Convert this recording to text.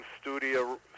studio